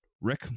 Rick